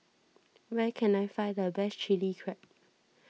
where can I find the best Chili Crab